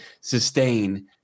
sustain